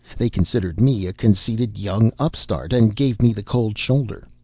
they considered me a conceited young upstart, and gave me the cold shoulder.